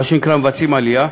מה שנקרא עושים עלייה,